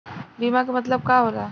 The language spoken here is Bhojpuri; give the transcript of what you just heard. बीमा के मतलब का होला?